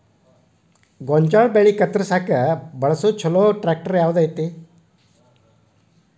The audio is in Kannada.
ಗೋಂಜಾಳ ಬೆಳೆ ಕತ್ರಸಾಕ್ ಬಳಸುವ ಛಲೋ ಟ್ರ್ಯಾಕ್ಟರ್ ಯಾವ್ದ್ ಐತಿ?